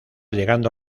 llegando